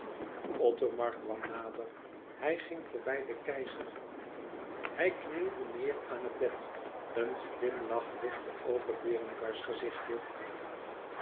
othomar kwam nader hij ging voorbij den keizer hij knielde neêr aan het bed een glimlach lichtte over berengars gezichtje